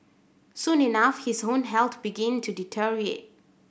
soon enough his own health began to deteriorate